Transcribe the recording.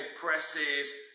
presses